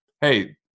Hey